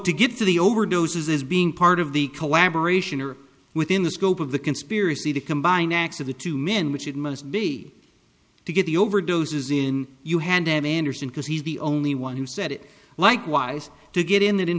to get to the overdoses as being part of the collaboration or within the scope of the conspiracy to combine acts of the two men which it must be to get the overdoses in you hand anderson because he's the only one who said it like wise to get in that in